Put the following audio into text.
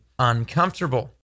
uncomfortable